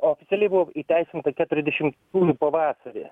oficialiai buvo įteisinta keturiasdešimtų pavasarį